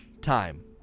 time